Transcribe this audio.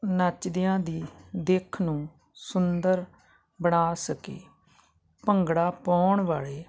ਨੱਚਦਿਆਂ ਦੀ ਦਿਖ ਨੂੰ ਸੁੰਦਰ ਬਣਾ ਸਕੇ ਭੰਗੜਾ ਪਾਉਣ ਵਾਲੇ